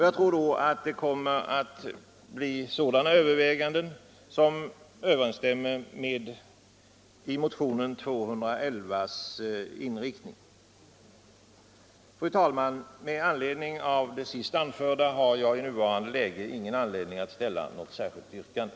Jag tror att dessa överväganden kommer att få en = Anslag till vägväseninriktning som överensstämmer med de synpunkter som framförts i mo = det, m.m. tionen 211, och jag har därför inte anledning att framställa något särskilt yrkande.